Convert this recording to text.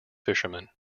fishermen